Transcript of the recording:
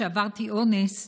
שעברתי אונס,